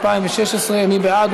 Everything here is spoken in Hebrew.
התשע"ו 2016. מי בעד?